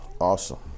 Awesome